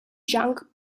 junk